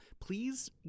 please